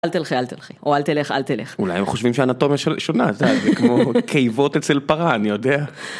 אל תלכי, אל תלכי, או אל תלך, אל תלך. אולי הם חושבים שהאנטומיה שונה, זה כמו קיבות אצל פרה, אני יודע.